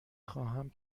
خواهم